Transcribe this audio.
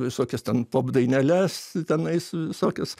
visokiais ten pop daineles tenais visokius